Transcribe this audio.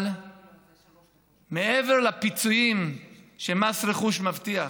אבל מעבר לפיצויים שמס רכוש מבטיח,